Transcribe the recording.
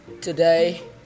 today